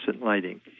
lighting